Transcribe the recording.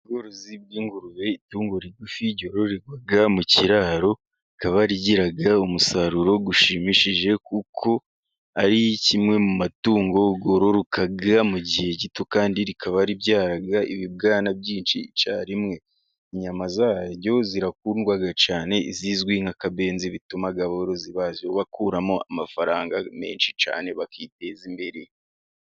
Ubworozi bw'ingurube, itungo rigufi ryororerwa mu kiraro, rikaba rigira umusaruro ushimishije, kuko ari kimwe mu matungo yororoka mu gihe gito, kandi rikaba ribyara ibibwana byinshi icyarimwe. Inyama za ryo zirakundwa cyane, zizwi nk'akabenzi, bituma aborozi ba zo bazikuramo amafaranga menshi cyane bakiteza imbere.